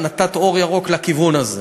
נתת אור ירוק לכיוון הזה.